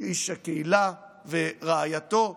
איש הקהילה ורעייתו.